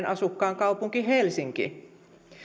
asukkaan kaupunki helsinki